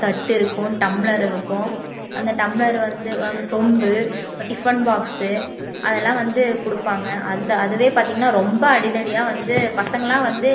தட்டிருக்கும் tumbler இருக்கும் அந்த tumbler வந்து வந்து சொம்பு அப்புறம் டிஃபன் பாக்ஸ் அதெல்லாம் வந்து கொடுப்பாங்க அந்த அதுவே பார்த்திங்கனா ரொம்ப அடிதடியாக வந்து பசங்களாம் வந்து